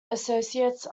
associates